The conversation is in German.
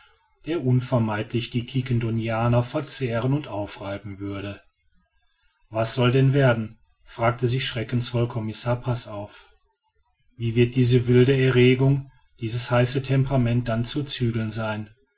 der unvermeidlich die quiquendonianer verzehren und aufreiben würde was soll denn werden fragte sich schreckensvoll commissar passauf wie wird diese wilde erregung dieses heiße temperament dann zu zügeln sein